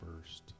first